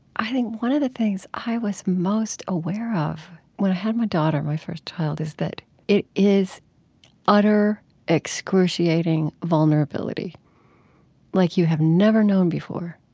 i think one of the things i was most aware of when i had my daughter, my first child, is that it is utter excruciating vulnerability like you have never known before.